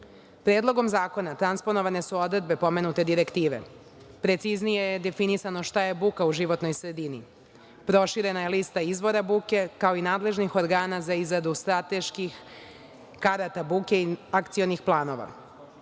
EZ.Predlogom zakona transponovane su odredbe pomenute Direktive, preciznije je definisano šta je buka u životnoj sredini. Proširena je lista izvora buke, kao i nadležnih organa za izradu strateških karata buke i akcionih planova. Takođe,